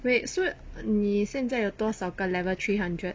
wait so 你现在有多少个 level three hundred